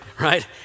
right